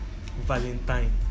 valentine